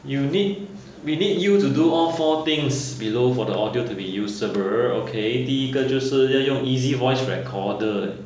you need we need you to do all four things below for the audio to be usable okay 第一个就是要用 easy voice recorder eh